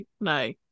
no